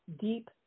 deep